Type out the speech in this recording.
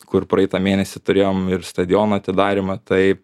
kur praeitą mėnesį turėjom ir stadiono atidarymą tai